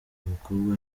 mukobwa